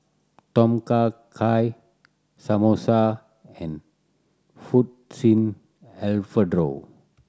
Tom Kha Gai Samosa and Fettuccine Alfredo